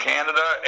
Canada